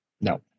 No